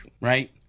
right